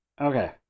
Okay